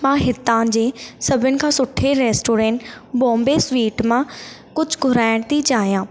मां हितां जे सभिनि खां सुठे रेस्टोरेंट बॉम्बे स्वीट मां कुझु घुराइण थी चाहियां